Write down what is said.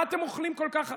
מה אתם אוכלים כל כך הרבה?